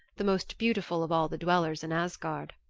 the most beautiful of all the dwellers in asgard.